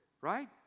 right